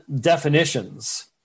definitions